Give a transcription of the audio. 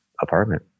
apartment